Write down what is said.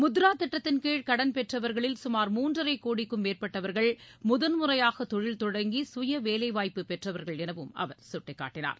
முத்ரா திட்டத்தின்கீழ் கடன்பெற்றவர்களில் சுமார் மூன்றரை கோடிக்கு மேற்பட்டவர்கள் முதன்முறையாக தொழில் தொடங்கி சுயவேலைவாய்ப்பு பெற்றவர்கள் எனவும் அவர் சுட்டிக்காட்டினார்